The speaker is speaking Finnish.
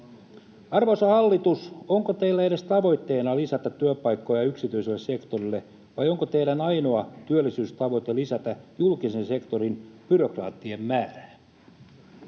Arvoisa hallitus, onko teillä edes tavoitteena lisätä työpaikkoja yksityiselle sektorille, vai onko teidän ainoa työllisyystavoitteenne lisätä julkisen sektorin byrokraattien määrää?